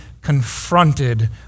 confronted